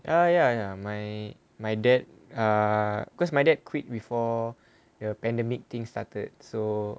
ya ya ya my my dad ah cause my dad quit before the pandemic thing started so